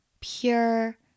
Pure